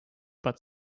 but